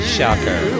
Shocker